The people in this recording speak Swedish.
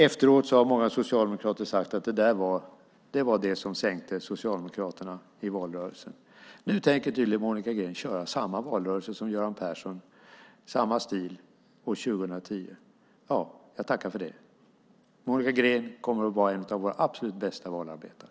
Efteråt har många socialdemokrater sagt att det var det som sänkte Socialdemokraterna i valrörelsen. Nu tänker tydligen Monica Green köra samma stil i valrörelsen 2010. Jag tackar för det. Monica Green kommer att vara en av våra absolut bästa valarbetare.